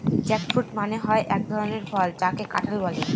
jackfruit মানে হয় এক ধরনের ফল যাকে কাঁঠাল বলে